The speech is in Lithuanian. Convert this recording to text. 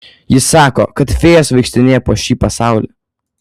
jis sako kad fėjos vaikštinėja po šį pasaulį